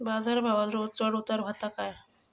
बाजार भावात रोज चढउतार व्हता काय?